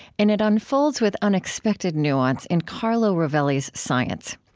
and it unfolds with unexpected nuance in carlo rovelli's science.